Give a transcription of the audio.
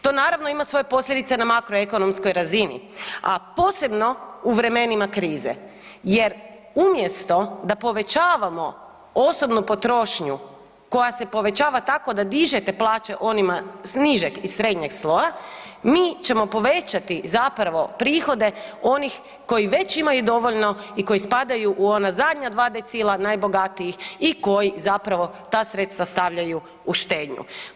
To naravno ima svoje posljedice na makroekonomskoj razini, a posebno u vremenima krize jer umjesto da povećavamo osobnu potrošnju koja se povećava tako da dižete plaće onima s nižeg i srednjeg sloja mi ćemo povećati zapravo prihode onih koji već imaju dovoljno i koji spadaju u ona zadnja dva decila najbogatijih i koji zapravo ta sredstava stavljaju u štednju.